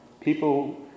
People